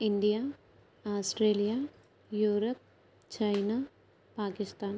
India Australia Europe China Pakistan